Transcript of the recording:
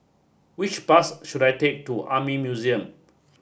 which bus should I take to Army Museum